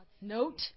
note